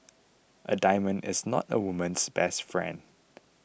a diamond is not a woman's best friend